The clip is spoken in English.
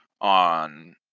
on